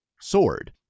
sword